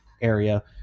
area